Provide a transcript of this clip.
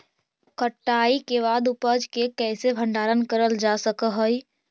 कटाई के बाद उपज के कईसे भंडारण करल जा सक हई?